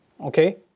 Okay